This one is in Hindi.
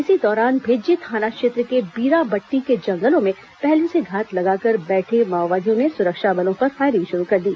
इसी दौरान भेज्जी थाना क्षेत्र के बीरामट्टी के जंगलों में पहले से घात लगाए बैठे माओवादियों ने सुरक्षा बलों पर फायरिंग शुरू कर दी